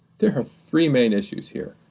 there are three main issues here.